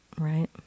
Right